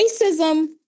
racism